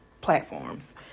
platforms